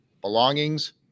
belongings